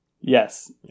Yes